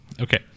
Okay